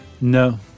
No